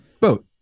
boat